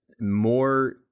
more